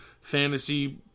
fantasy